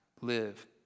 live